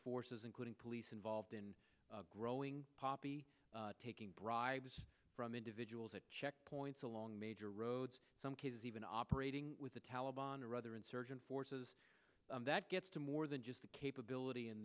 forces including police involved in growing poppy taking bribes from individuals at checkpoints along major roads some cases even operating with the taliban or other insurgent forces that gets to more than just the capability in